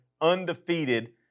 undefeated